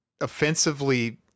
offensively